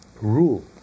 rule